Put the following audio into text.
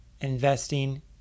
investing